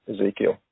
Ezekiel